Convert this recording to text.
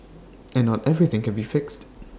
and not everything can be fixed